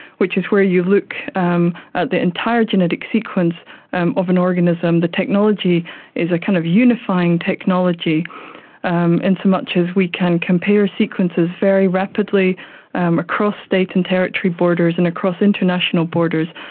which is where you look um at the entire genetic sequence and of an organism, the technology is a kind of unifying technology um in so much as we can compare sequences very rapidly um across state and territory borders and across international borders.